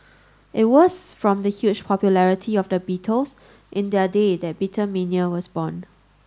it was from the huge popularity of the Beatles in their day that Beatlemania was born